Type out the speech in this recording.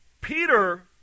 Peter